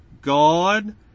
God